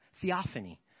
theophany